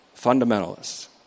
fundamentalists